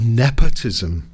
nepotism